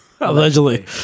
Allegedly